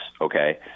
okay